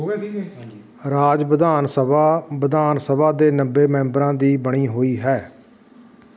ਰਾਜ ਵਿਧਾਨ ਸਭਾ ਵਿਧਾਨ ਸਭਾ ਦੇ ਨੱਬੇ ਮੈਂਬਰਾਂ ਦੀ ਬਣੀ ਹੋਈ ਹੈ